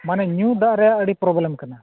ᱢᱟᱱᱮ ᱧᱩ ᱫᱟᱜ ᱨᱮᱭᱟᱜ ᱟᱹᱰᱤ ᱯᱨᱚᱵᱞᱮᱢ ᱠᱟᱱᱟ